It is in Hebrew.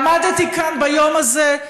עמדתי כאן ביום הזה,